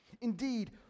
Indeed